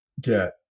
get